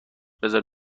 بذار